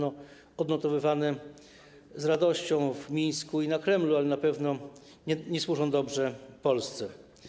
One są odnotowywane z radością w Mińsku i na Kremlu, ale na pewno nie służą dobrze Polsce.